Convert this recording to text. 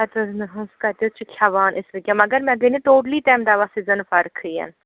ہَتہٕ حظ نہ حظ کَتہِ حظ چھِ کھٮ۪وان أسۍ کیٚنہہ مگر مے گے نہٕ ٹوٹلی تَمہِ دوہ سۭتۍ زَن فرکھٕے یَن